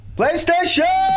PlayStation